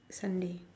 sunday